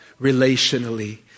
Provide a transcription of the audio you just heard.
relationally